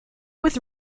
with